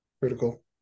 critical